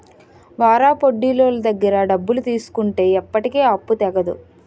వారాపొడ్డీలోళ్ళ దగ్గర డబ్బులు తీసుకుంటే ఎప్పటికీ ఆ అప్పు తెగదు